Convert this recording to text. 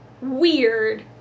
weird